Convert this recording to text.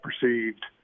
perceived –